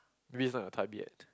maybe is not your time yet